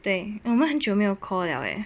对我们很久没有 call 了 eh